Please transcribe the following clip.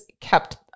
kept